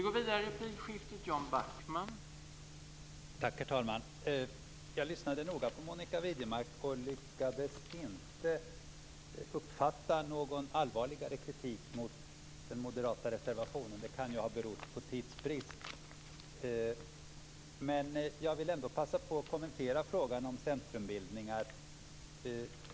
Herr talman! Jag lyssnade noga på Monica Widnemark, och lyckades inte uppfatta någon allvarligare kritik mot den moderata reservationen, men det kan ju ha berott på tidsbrist. Jag vill ändå passa på att kommentera frågan om centrumbildningar.